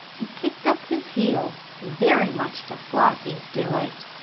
and kicked up his heels, very much to flossie's delight.